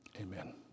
Amen